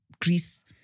Greece